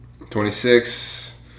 26